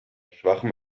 schwachem